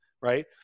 Right